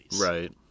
Right